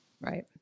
Right